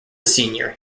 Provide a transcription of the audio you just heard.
senior